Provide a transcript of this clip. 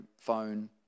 phone